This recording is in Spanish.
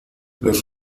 las